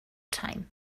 time